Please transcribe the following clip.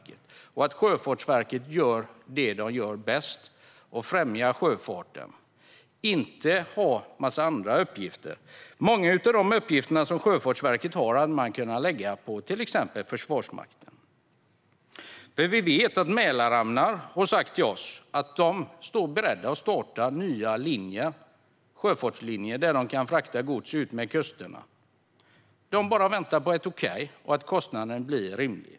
De ska göra det som de gör bäst: främja sjöfarten, inte ha en massa andra uppgifter. Många av de uppgifter som Sjöfartsverket har skulle man kunna lägga på till exempel Försvarsmakten. Mälarhamnar har sagt till oss att de står beredda att starta nya sjöfartslinjer där de kan frakta gods utmed kusterna. De väntar bara på ett okej och att kostnaden blir rimlig.